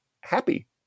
happy